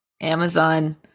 Amazon